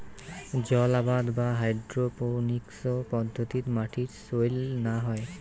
জলআবাদ বা হাইড্রোপোনিক্স পদ্ধতিত মাটির চইল না হয়